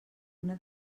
una